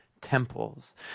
temples